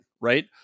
right